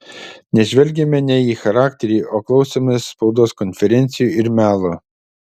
nes žvelgiame ne į charakterį o klausomės spaudos konferencijų ir melo